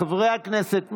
חברי הכנסת,